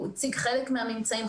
הוא הציג חלק מן הממצאים.